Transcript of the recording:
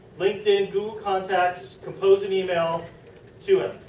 linkedin, google contacts, compose an email to him.